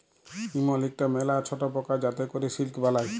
ইমল ইকটা ম্যালা ছট পকা যাতে ক্যরে সিল্ক বালাই